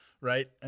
right